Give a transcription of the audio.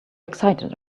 excited